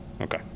Okay